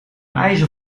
eisen